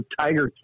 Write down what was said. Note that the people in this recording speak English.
Tiger